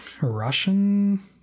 Russian